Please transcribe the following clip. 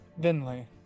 Vinley